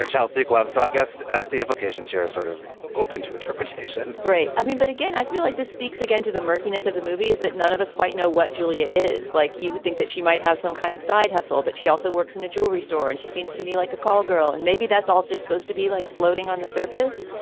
chelsea laughs i guess the implications here are sort of open to interpretation, right? i mean, but again, i feel like this speaks again to the murkiness of the movie is that none of us quite know what julia is like. you would think that she might have some kind of side hustle, but she also works in a jewelry store and she seems to me like a call girl. and maybe that's also supposed to be like floating on the surface.